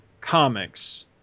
comics